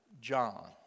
John